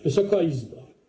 Wysoka Izbo!